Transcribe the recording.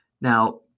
Now